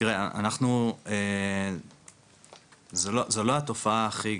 תראה אנחנו זה לא התופעה הכי